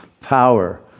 power